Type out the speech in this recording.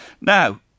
Now